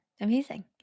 amazing